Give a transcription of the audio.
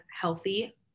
healthy